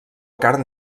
carn